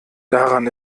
daran